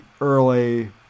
early